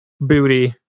booty